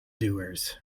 doers